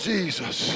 Jesus